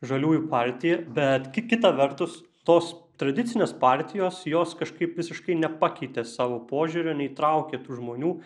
žaliųjų partija bet kita vertus tos tradicinės partijos jos kažkaip visiškai nepakeitė savo požiūrio neįtraukė tų žmonių